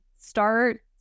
start